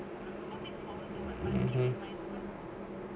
mmhmm